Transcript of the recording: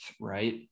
right